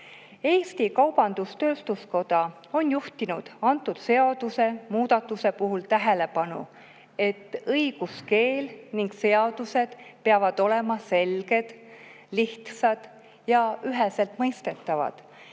Kaubandus-Tööstuskoda on juhtinud antud seadusemuudatuse puhul tähelepanu, et õiguskeel ning seadused peavad olema selged, lihtsad ja üheselt mõistetavad